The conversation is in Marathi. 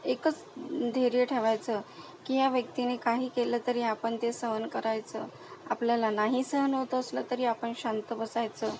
एकच धैर्य ठेवायचं की ह्या व्यक्तीने काही केलं तरी आपण ते सहन करायचं आपल्याला नाही सहन होत असलं तरी आपण शांत बसायचं